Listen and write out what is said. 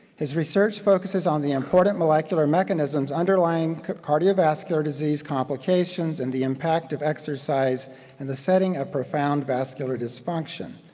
his research focuses on the important molecular mechanisms underlying cardiovascular disease complications and the impact of exercise in and the setting of profound vascular dysfunction.